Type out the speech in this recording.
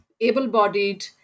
able-bodied